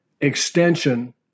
extension